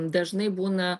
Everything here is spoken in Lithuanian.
dažnai būna